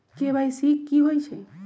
KYC कि होई छई?